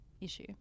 issue